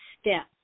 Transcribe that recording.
steps